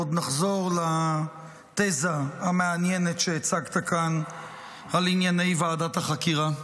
עוד נחזור לתזה המעניינת שהצגת כאן על ענייני ועדת החקירה.